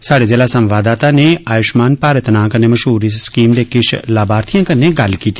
स्हाड़े ज़िला संवाददाता नै आयुष्मान भारत नां कन्नै मशहूर इस स्कीम दे किश लाभार्थिएं कन्नै गल्ल कीती